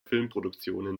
filmproduktionen